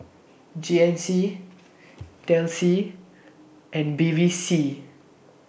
G N C Delsey and Bevy C